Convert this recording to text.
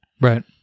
Right